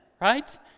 right